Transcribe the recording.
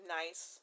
nice